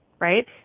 right